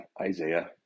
Isaiah